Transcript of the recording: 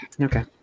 Okay